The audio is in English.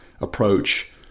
approach